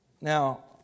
Now